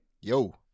Yo